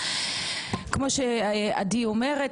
כמו שעדי אומרת,